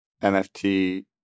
NFT